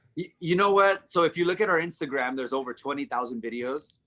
you know what? so if you look at our instagram, there's over twenty thousand videos.